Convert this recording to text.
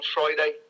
Friday